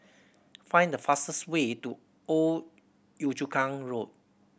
find the fastest way to Old Yio Chu Kang Road